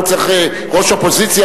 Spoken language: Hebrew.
ראש אופוזיציה,